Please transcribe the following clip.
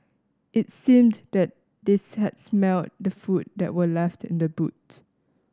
it seemed that they had smelt the food that were left in the boot